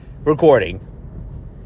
recording